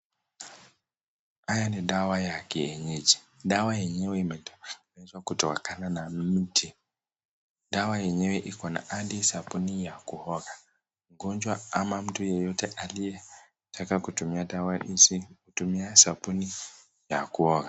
Haya ni dawa ya kienyeji. Dawa yenyewe imetengenezwa kutokana na mti. Dawa yenyewe iko na hadi sabuni ya kuoga. Mgonjwa ama mtu yeyote aliyetaka kutumia dawa hizi hutumia sabuni ya kuoga.